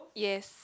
yes